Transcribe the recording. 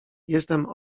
jestem